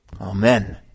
Amen